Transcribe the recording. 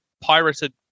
pirated